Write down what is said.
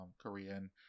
Korean